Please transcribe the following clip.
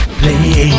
play